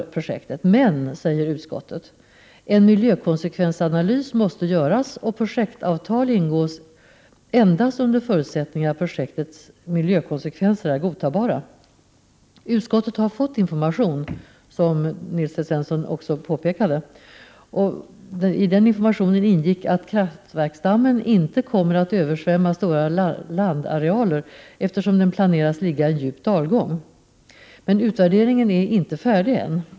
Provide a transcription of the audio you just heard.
Men utskottet framhåller att det måste göras en miljökonsekvensanalys och att projektavtal får ingås endast under förutsätt ning att projektets mijökonsekvenser är godtagbara. Utskottet har fått information, som Nils T Svensson också påpekade, och i den informationen ingick att kraftverksdammen inte kommer att översvämma stora landarealer, eftersom den planeras bli förlagd till en djup dalgång. Men utvärderingen är ännu inte färdig.